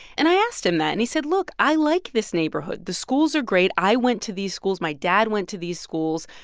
and i asked him that. and he said, look, i like this neighborhood. the schools are great. i went to these schools. my dad went to these schools.